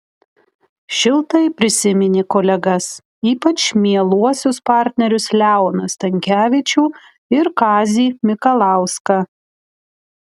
šiltai prisiminė kolegas ypač mieluosius partnerius leoną stankevičių ir kazį mikalauską